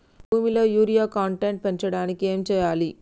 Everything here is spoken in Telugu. భూమిలో యూరియా కంటెంట్ పెంచడానికి ఏం చేయాలి?